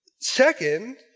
Second